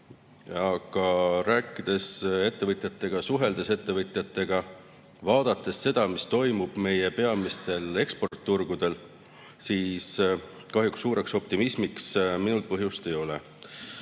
aga rääkides ettevõtjatega, suheldes ettevõtjatega, vaadates seda, mis toimub meie peamistel eksporditurgudel, kahjuks suureks optimismiks põhjust ei ole.